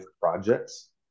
projects